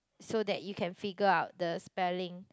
so that you can figure out the spelling